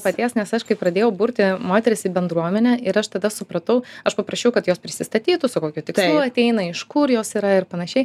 paties nes aš kai pradėjau burti moteris į bendruomenę ir aš tada supratau aš paprašiau kad jos prisistatytų su kokiu ateina iš kur jos yra ir panašiai